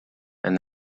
and